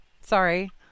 Sorry